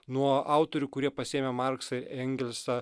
nuo autorių kurie pasiėmę marksą engelsą